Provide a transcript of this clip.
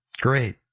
Great